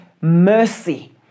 mercy